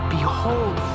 Behold